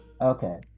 Okay